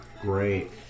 Great